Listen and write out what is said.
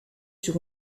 sur